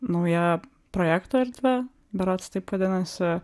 nauja projekto erdvė berods taip vadinasi